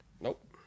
Nope